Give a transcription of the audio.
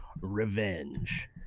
revenge